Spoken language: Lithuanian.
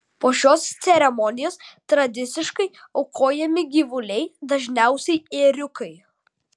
po šios ceremonijos tradiciškai aukojami gyvuliai dažniausiai ėriukai